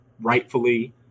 rightfully